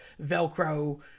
Velcro